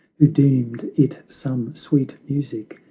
who deemed it some sweet music,